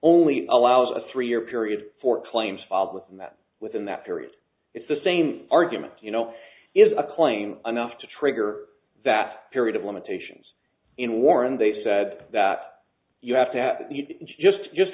only allows a three year period for claims filed within that within that period it's the same argument you know is a claim anough to trigger that period of limitations in war and they said that you have to have just just